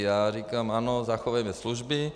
Já říkám: Ano, zachovejme služby.